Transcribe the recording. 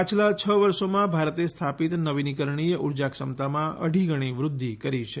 પાછલા છ વર્ષોમાં ભારતે સ્થાપિત નવીનીકરણીય ઉર્જાક્ષમતામાં અઢી ગણી વૃધ્ધિ કરી છે